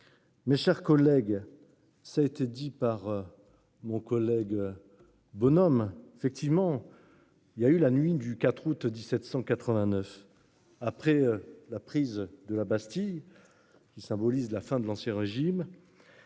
Mes chers collègues. Ça a été dit par. Mon collègue. Bonhomme effectivement. Il y a eu la nuit du 4 août 1789. Après la prise de la Bastille. Qui symbolise la fin de l'ancien régime.